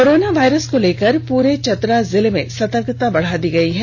corona virus को लेकर पूरे चतरा जिला में सतर्कता बढ़ा दी गई है